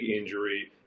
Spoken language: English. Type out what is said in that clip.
injury